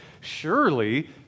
Surely